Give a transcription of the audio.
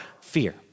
fear